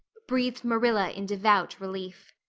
breathed marilla in devout relief.